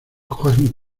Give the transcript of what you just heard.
cogen